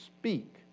speak